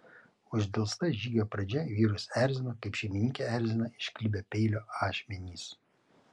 uždelsta žygio pradžia vyrus erzino kaip šeimininkę erzina išklibę peilio ašmenys